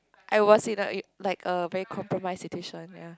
I was in a uh like a very compromised situation ya